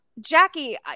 Jackie